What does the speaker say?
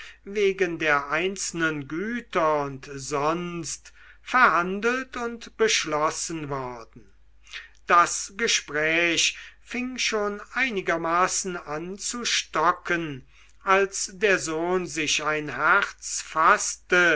wegen der einzelnen güter und sonst verhandelt und beschlossen worden das gespräch fing schon einigermaßen an zu stocken als der sohn sich ein herz faßte